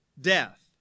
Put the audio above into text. death